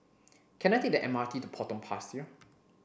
can I take the M R T to Potong Pasir